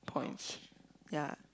points yeah